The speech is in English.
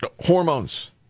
Hormones